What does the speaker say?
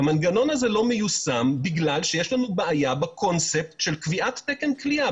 המנגנון הזה לא מיושם בגלל שיש לנו בעיה בקונספט של קביעת תקן כליאה.